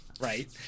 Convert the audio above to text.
Right